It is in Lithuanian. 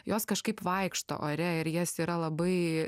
jos kažkaip vaikšto ore ir jas yra labai